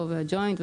בג'וינט,